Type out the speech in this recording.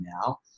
now